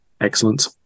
excellent